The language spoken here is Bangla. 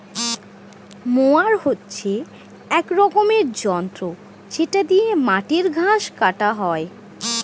মোয়ার হচ্ছে এক রকমের যন্ত্র যেটা দিয়ে মাটির ঘাস কাটা হয়